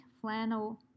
Flannel